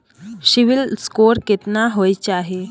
CIBIL score केतना होय चाही?